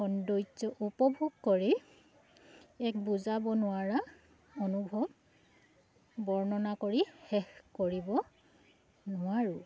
সৌন্দৰ্য উপভোগ কৰি এক বুজাব নোৱাৰা অনুভৱ বৰ্ণনা কৰি শেষ কৰিব নোৱাৰোঁ